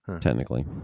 Technically